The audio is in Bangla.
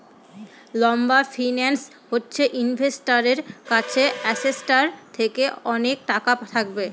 লম্বা ফিন্যান্স হচ্ছে ইনভেস্টারের কাছে অ্যাসেটটার থেকে অনেক টাকা থাকবে